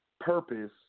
purpose